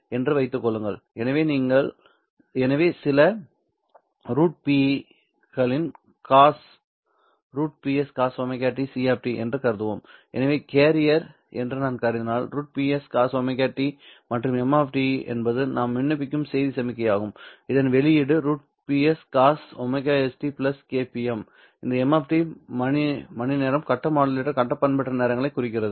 என்று வைத்துக் கொள்ளுங்கள் எனவே சில √P களின் cos √Ps cos ωst c என்று கருதுவோம் எனவே கேரியர் என்று நான் கருதினால் √Ps cos ωst மற்றும் m என்பது நான் விண்ணப்பிக்கும் செய்தி சமிக்ஞையாகும் இதன் வெளியீடு √Ps cos ωst K pm இந்த m மணிநேரம் கட்ட மாடுலேட்டர் கட்ட பண்பேற்றம் நேரங்களை குறிக்கிறது